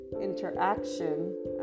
interaction